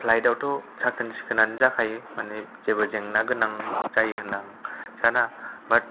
फ्लाइटावथ' साखोन सिखोनानो जाखायो माने जेबो जेंना गोनां जायो होनना साना बात